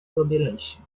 population